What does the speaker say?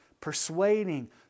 persuading